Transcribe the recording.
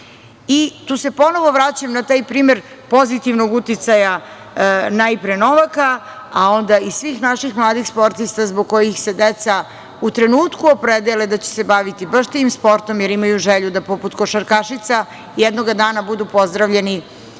Tu se ponovo vraćam na taj primer pozitivnog uticaja, najpre Novaka, a onda i svih naših mladih sportista zbog kojih se deca u trenutku opredele da će se baviti baš tim sportom, jer imaju želju da, poput košarkašica, jednoga dana budu pozdravljeni